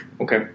Okay